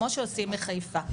כמו שעושים מחיפה.